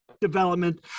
development